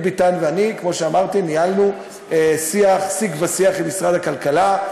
חבר הכנסת דוד ביטן ואני ניהלו שיג ושיח עם משרד הכלכלה.